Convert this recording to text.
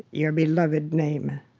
your beloved name